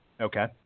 Okay